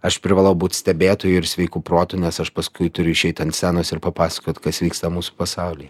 aš privalau būt stebėtoju ir sveiku protu nes aš paskui turiu išeit ant scenos ir papasakot kas vyksta mūsų pasaulyje